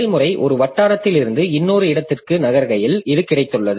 செயல்முறை ஒரு வட்டாரத்திலிருந்து இன்னொரு இடத்திற்கு நகர்கையில் இது கிடைத்துள்ளது